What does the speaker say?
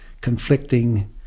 conflicting